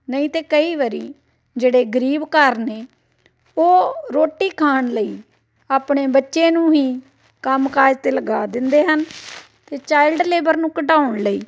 ਨਹੀਂ ਤਾਂ ਕਈ ਵਾਰੀ ਜਿਹੜੇ ਗਰੀਬ ਘਰ ਨੇ ਉਹ ਰੋਟੀ ਖਾਣ ਲਈ ਆਪਣੇ ਬੱਚੇ ਨੂੰ ਹੀ ਕੰਮ ਕਾਜ 'ਤੇ ਲਗਾ ਦਿੰਦੇ ਹਨ ਅਤੇ ਚਾਇਲਡ ਲੇਬਰ ਨੂੰ ਘਟਾਉਣ ਲਈ